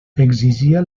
exigia